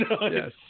Yes